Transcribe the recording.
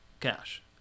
cash